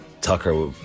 Tucker